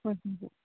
ꯍꯣꯏ ꯍꯣꯏ ꯍꯣꯏ